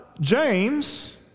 James